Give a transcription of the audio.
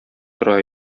тора